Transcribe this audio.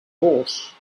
horse